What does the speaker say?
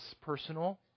personal